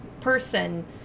person